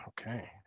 Okay